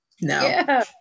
no